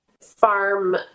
farm